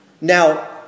Now